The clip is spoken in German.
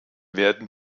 werden